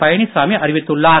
பழனிசாமி அறிவித்துள்ளார்